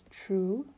true